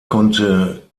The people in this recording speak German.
konnte